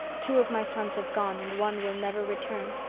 two of my sons have gone and one will never return.